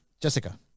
jessica